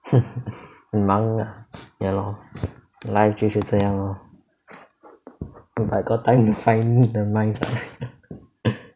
忙 ah ya lor life 就是这样 lor but got time to find the mice lah